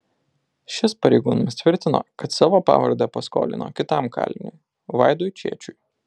šis pareigūnams tvirtino kad savo pavardę paskolino kitam kaliniui vaidui čėčiui